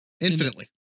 infinitely